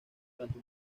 durante